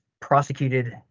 prosecuted